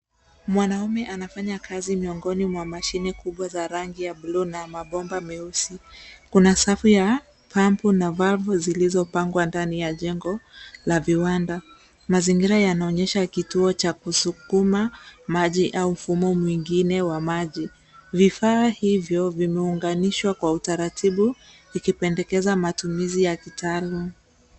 Mwanaume anafanya kazi miongoni mwa mashine kubwa za rangi ya bluu na mabomba meusi. Kuna safu ya pampu na valvu zilizopangwa ndani ya jengo la viwanda. Mazingira yanaonyesha kituo cha kusukuma maji na mfumo mwingine wa maji. Vifaa hivyo vimeunganishwa kwa utaratibu ikipendekeza matumizi ya kitaalum.